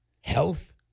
health